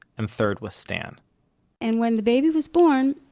and third with stan and when the baby was born,